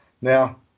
Now